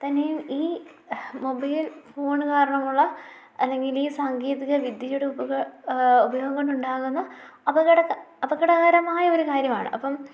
തന്നെയും ഈ mobile phone കാരണമുള്ള അല്ലെങ്കിൽ ഈ സാങ്കേതിക വിദ്യയുടെ ഉപയോഗം കൊണ്ടുണ്ടാകുന്ന അപകടകരമായ ഒരു കാര്യമാണ് അപ്പം